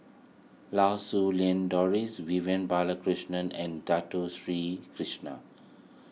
Lau Siew Lang Doris Vivian Balakrishnan and Dato Sri Krishna